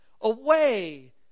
away